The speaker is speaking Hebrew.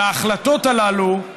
ההחלטות הללו,